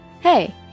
hey